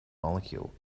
molecule